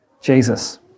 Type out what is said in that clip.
Jesus